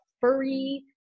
furry